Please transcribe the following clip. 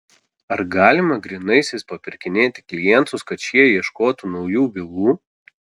ar galima grynaisiais papirkinėti klientus kad šie ieškotų naujų bylų